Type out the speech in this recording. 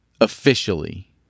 officially